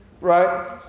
right